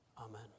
Amen